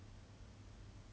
siding with the